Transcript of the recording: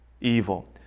evil